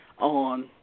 on